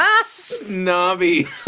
snobby